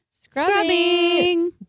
Scrubbing